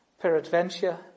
Peradventure